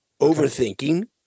overthinking